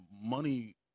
Money